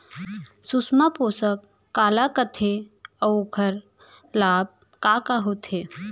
सुषमा पोसक काला कइथे अऊ ओखर लाभ का का होथे?